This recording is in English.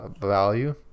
value